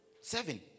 Seven